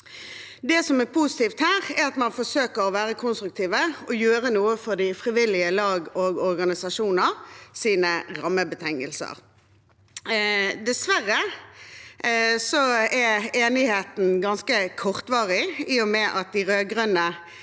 Det som er positivt her, er at man forsøker å være konstruktiv og gjøre noe for de frivillige lag og organisasjoner når det gjelder rammebetingelser. Dessverre er enigheten ganske kortvarig, i og med at de rød-grønne